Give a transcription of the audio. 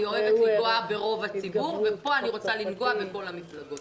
אני אוהבת לגעת ברוב הציבור ופה אני רוצה לגעת בכל המפלגות.